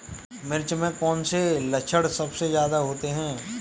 मिर्च में कौन से लक्षण सबसे ज्यादा होते हैं?